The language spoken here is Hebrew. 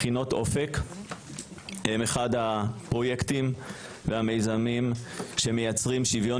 מכינות אופק הם אחד הפרויקטים והמיזמים שמייצרים שוויון